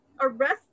arrest